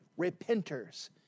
repenters